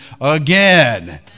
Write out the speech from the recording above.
again